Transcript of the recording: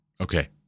Okay